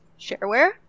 shareware